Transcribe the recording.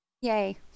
yay